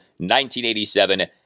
1987